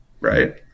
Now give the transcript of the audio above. right